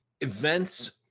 Events